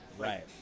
Right